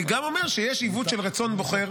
אני אומר גם שיש עיוות של רצון הבוחר.